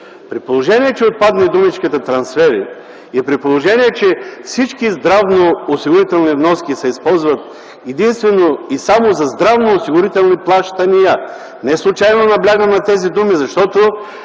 При положение че отпадне думичката „трансфери” и всички здравноосигурителни вноски се използват единствено и само за здравноосигурителни плащания – неслучайно наблягам на тези думи, защото